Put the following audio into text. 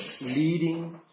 leading